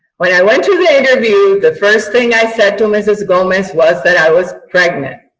when i went to the interview the first thing i said to mrs. gomez was that i was pregnant.